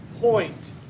point